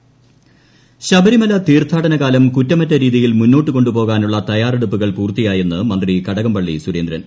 ശബരിമല ശബരിമല തീർത്ഥാടന കാലം കുറ്റമറ്റ രീതിയിൽ മൂന്നോട്ട് കൊു പോകാനുള്ള തയ്യാറെടുപ്പുകൾ പൂർത്തിയായെന്ന് മന്ത്രി കടകംപള്ളി സുരേന്ദ്രൻ